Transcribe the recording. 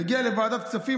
זה מגיע לוועדת כספים,